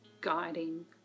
guiding